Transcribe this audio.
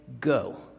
go